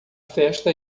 festa